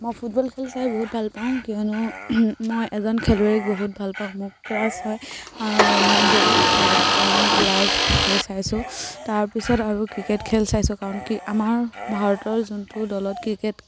মই ফুটবল খেল চাই বহুত ভাল পাওঁ কিয়নো মই এজন খেলুৱৈ বহুত ভাল পাওঁ মোক ক্ৰাছ হয় ৰণাল্ডো সেই তেওঁৰ লাইভ খেল চাইছোঁ তাৰপিছত আৰু ক্ৰিকেট খেল চাইছোঁ কাৰণ আমাৰ ভাৰতৰ যোনটো দলত ক্ৰিকেট